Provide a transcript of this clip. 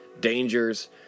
dangers